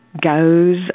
goes